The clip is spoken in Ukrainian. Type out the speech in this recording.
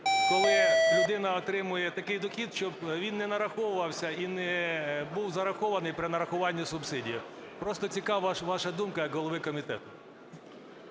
коли людина отримує такий дохід, щоб він не нараховувався і не був зарахований при нарахуванні субсидії? Просто цікавить ваша думка як голови комітету.